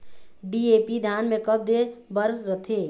DAP धान मे कब दे बर रथे?